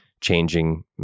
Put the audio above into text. changing